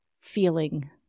feeling